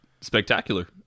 spectacular